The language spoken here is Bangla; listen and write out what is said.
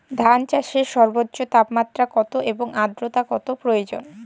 ধান চাষে সর্বোচ্চ তাপমাত্রা কত এবং আর্দ্রতা কত প্রয়োজন?